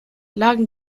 lagen